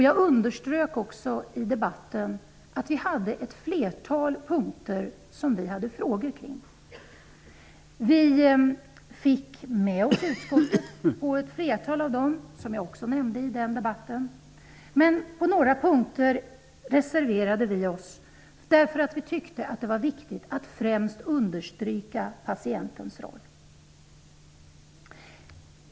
Jag underströk också i debatten att det fanns ett flertal punkter som vi hade frågor kring. Vi fick med oss utskottet på ett flertal av dessa -- som jag också nämnde i den debatten -- men på några punkter reserverade vi oss, därför att vi tyckte att det var viktigt att främst betona patientens roll.